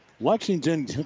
Lexington